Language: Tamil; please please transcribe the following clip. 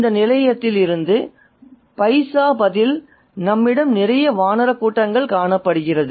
இந்த நிலையத்திலிருந்து பைசா பதில் நம்மிடம் நிறைய வானர கூட்டங்கள் காணப்படுகிறது